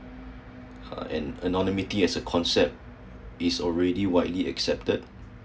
uh and anonymity is a concept is already widely accepted